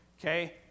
okay